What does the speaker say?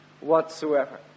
whatsoever